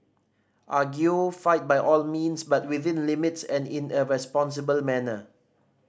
argue fight by all means but within limits and in a responsible manner